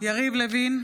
יריב לוין,